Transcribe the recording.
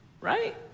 Right